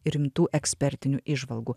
rimtų ekspertinių įžvalgų